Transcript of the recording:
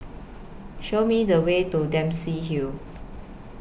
Show Me The Way to Dempsey Hill